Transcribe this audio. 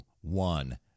one